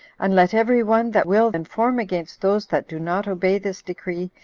and let every one that will inform against those that do not obey this decree,